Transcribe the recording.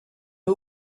who